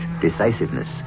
decisiveness